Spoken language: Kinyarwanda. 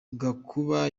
gakuba